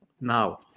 now